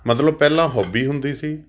ਮਤਲਬ ਪਹਿਲਾਂ ਹੋਬੀ ਹੁੰਦੀ ਸੀ